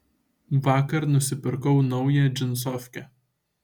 vakar nusipirkau naują džinsofkę